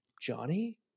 johnny